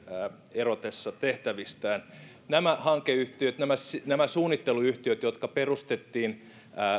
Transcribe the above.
erotessa tehtävistään nämä hankeyhtiöt nämä suunnitteluyhtiöt jotka perustettiin